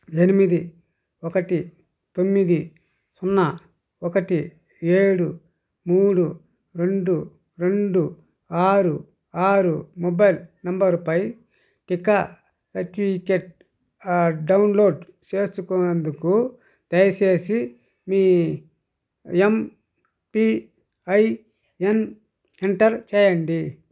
ఎనిమిది ఒకటి తొమ్మిది సున్నా ఒకటి ఏడు మూడు రెండు రెండు ఆరు ఆరు మొబైల్ నెంబరుపై టీకా సర్టిఫికేట్ డౌన్లోడ్ చేసుకునేందుకు దయచేసి మీ యమ్పిఐఎన్ ఎంటర్ చేయండి